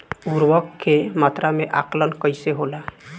उर्वरक के मात्रा में आकलन कईसे होला?